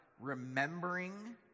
remembering